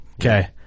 Okay